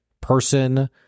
person